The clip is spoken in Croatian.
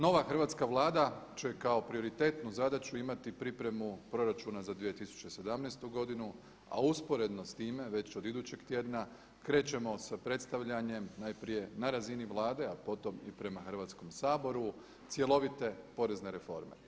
Nova hrvatska Vlada će kao prioritetnu zadaću imati pripremu proračuna za 2017. godinu, a usporedno s time već od idućeg tjedna krećemo sa predstavljanjem najprije na razini Vlade, a potom i prema hrvatskom Saboru cjelovite porezne reforme.